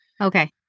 Okay